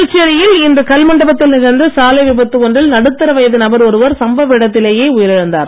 புதுச்சேரியில் இன்று கல்மண்டபத்தில் நிகழ்ந்த சாலை விபத்து ஒன்றில் நடுத்தர வயது நபர் ஒருவர் சம்பவ இடத்திலேயே உயிர் இழந்தார்